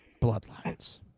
Bloodlines